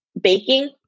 baking